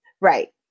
Right